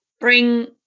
bring